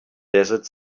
desert